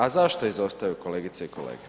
A zašto izostaju kolegice i kolege?